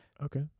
Okay